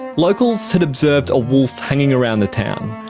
locals had observed a wolf hanging around a town.